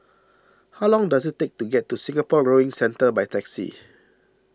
how long does it take to get to Singapore Rowing Centre by taxi